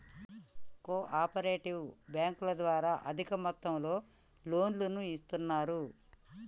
co operative బ్యాంకుల ద్వారా అధిక మొత్తంలో లోన్లను ఇస్తున్నరు